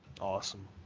awesome